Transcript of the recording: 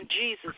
Jesus